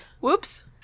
Whoops